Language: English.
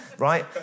Right